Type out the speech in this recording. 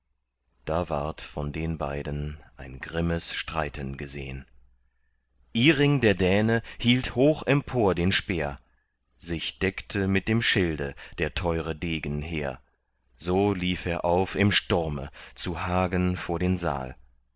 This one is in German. da ward von den beiden ein grimmes streiten gesehn iring der däne hielt hoch empor den speer sich deckte mit dem schilde der teure degen hehr so lief er auf im sturme zu hagen vor den saal